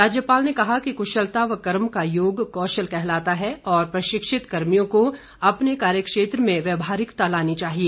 राज्यपाल ने कहा कि कुशलता व कर्म का योग कौशल कहलाता है और प्रशिक्षित कर्मियों को अपने कार्यक्षेत्र में व्यवहारिकता लानी चाहिए